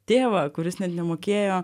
tėvą kuris net nemokėjo